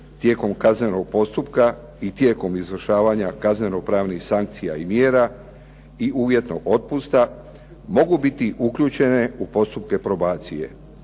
tijekom kaznenog postupka i tijekom izvršavanja kazneno-pravnih sankcija i mjera i uvjetnog otpusta mogu biti uključene u postupke probacije,